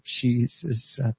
Jesus